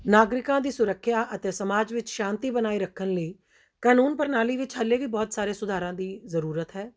ਨਾਗਰਿਕਾਂ ਦੀ ਸੁਰੱਖਿਆ ਅਤੇ ਸਮਾਜ ਵਿੱਚ ਸ਼ਾਂਤੀ ਬਣਾਈ ਰੱਖਣ ਲਈ ਕਾਨੂੰਨ ਪ੍ਰਣਾਲੀ ਵਿੱਚ ਹਾਲੇ ਵੀ ਬਹੁਤ ਸਾਰੇ ਸੁਧਾਰਾਂ ਦੀ ਜ਼ਰੂਰਤ ਹੈ